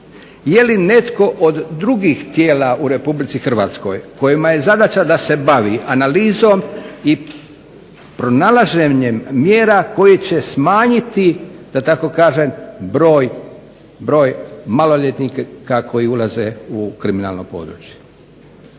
Je li netko od drugih tijela u Republici Hrvatskoj kojima je zadaća da se bavi analizom i pronalaženjem mjera koje će smanjiti da tako kažem broj maloljetnika koji ulaze u kriminalno područje.